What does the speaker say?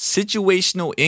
Situational